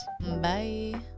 Bye